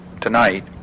tonight